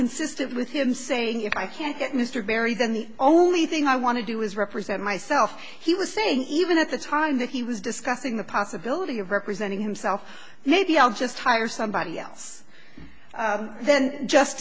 consistent with him saying if i can't get mr berry then the only thing i want to do is represent myself he was saying even at the time that he was discussing the possibility of representing himself maybe i'll just hire somebody else then just